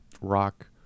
rock